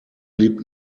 blieb